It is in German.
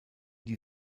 die